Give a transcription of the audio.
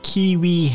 Kiwi